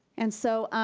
and so,